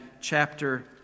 chapter